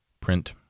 print